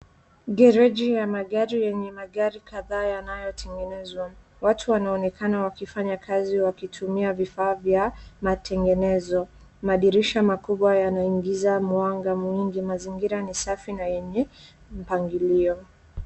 Gereji ya magari yenye magari kadhaa yanayo tengenezwa. Watu wanaonekana wakifanya kazi wakitumia vifaa vya matengenezo. Madirisha makubwa yanaingiza mwanga mwingi. Mzaingira ni safi na yenye mpangilio.